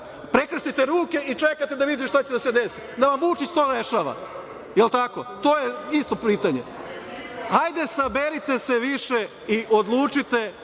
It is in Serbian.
prekrstite ruke i vidite šta će da se desi, da vam Vučić to rešava. Jel tako, to je isto pitanje. Hajde, saberite se više i odlučite